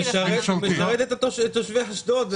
הוא משרת את תושבי אשדוד.